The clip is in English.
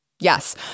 Yes